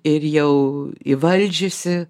ir jau įvaldžiusi